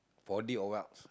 four-D or what